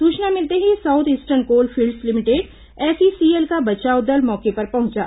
सूचना मिलने ही south eastern coal fields limited SECL का बचाव दल मौके पर पहुंचा